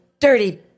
dirty